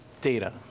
data